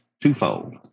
twofold